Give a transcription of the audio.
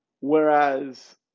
whereas